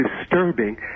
disturbing